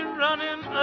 running